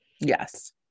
Yes